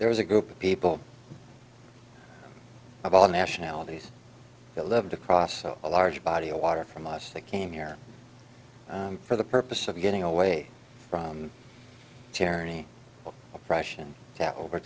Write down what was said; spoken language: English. there was a group of people of all nationalities that lived across a large body of water from us that came here for the purpose of getting away from tyranny oppression to over